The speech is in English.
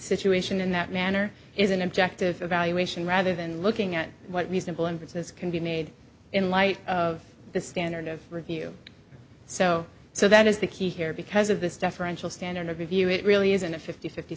situation in that manner is an objective evaluation rather than looking at what reasonable inferences can be made in light of the standard of review so so that is the key here because of this deferential standard of review it really isn't a fifty fifty